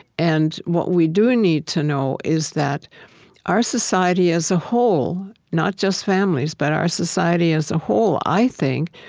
and what we do need to know is that our society as a whole not just families, but our society as a whole, i think,